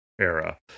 era